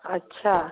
अच्छा